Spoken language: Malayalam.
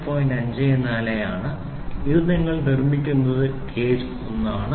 54 ആണ് ഇത് നിങ്ങൾ നിർമ്മിക്കുന്നത് ഗേജ് 1 ആണ്